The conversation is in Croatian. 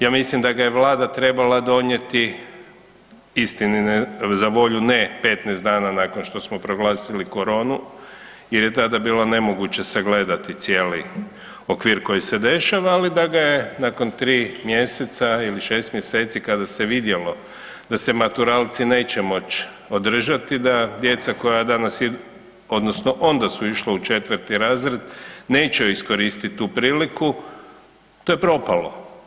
Ja mislim da ga je Vlada trebala donijeti, istini za volju, ne 15 dana nakon što smo proglasili Coronu, jer je tada bilo nemoguće sagledati cijeli okvir što se dešava, ali da ga je nakon tri mjeseca ili 6 mjeseci kada se vidjelo da se maturalci neće moći održati, da djeca koja danas idu, odnosno onda su išla u 4. razred neće iskoristiti tu priliku, to je propalo.